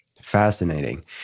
Fascinating